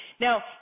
Now